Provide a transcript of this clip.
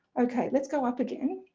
ok, let's go up again,